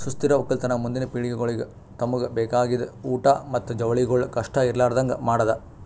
ಸುಸ್ಥಿರ ಒಕ್ಕಲತನ ಮುಂದಿನ್ ಪಿಳಿಗೆಗೊಳಿಗ್ ತಮುಗ್ ಬೇಕಾಗಿದ್ ಊಟ್ ಮತ್ತ ಜವಳಿಗೊಳ್ ಕಷ್ಟ ಇರಲಾರದಂಗ್ ಮಾಡದ್